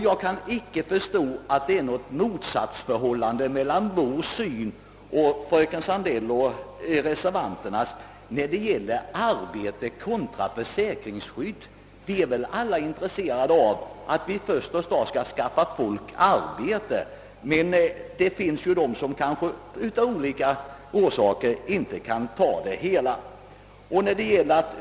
Jag kan inte förstå att det råder något motsatsförhållande mellan vårt synsätt och fröken Sandells och övriga reservanters synsätt när det gäller arbete kontra försäkringsskydd. Alla är väl intresserade av att människorna först och främst får ett arbete, men det finns de som av olika orsaker inte kan ta ett arbete.